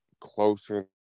closer